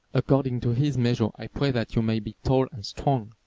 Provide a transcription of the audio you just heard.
according to his measure i pray that you may be tall and strong.